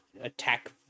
attack